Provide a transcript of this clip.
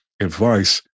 advice